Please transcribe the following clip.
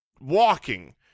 walking